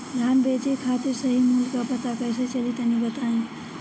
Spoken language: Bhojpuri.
धान बेचे खातिर सही मूल्य का पता कैसे चली तनी बताई?